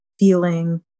Feeling